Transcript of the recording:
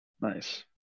nice